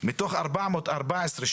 מתוך 400 רק 14,